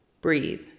breathe